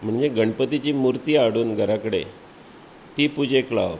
म्हणजे गणपतीची मुर्ती हाडुन घरा कडेन ती पुजेक लावप